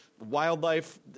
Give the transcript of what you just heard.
Wildlife